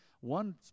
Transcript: one